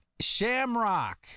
Shamrock